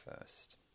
first